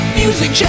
music